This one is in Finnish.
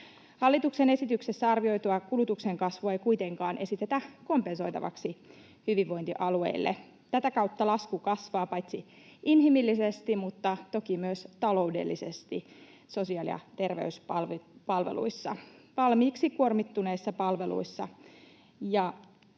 Hallituksen esityksessä arvioitua kulutuksen kasvua ei kuitenkaan esitetä kompensoitavaksi hyvinvointialueille. Tätä kautta lasku kasvaa paitsi inhimillisesti myös toki taloudellisesti valmiiksi kuormittuneissa sosiaali-